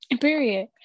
period